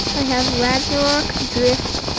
have ragnarok drift